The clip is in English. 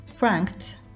ranked